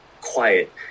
quiet